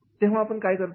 तेव्हा आपण काय करतो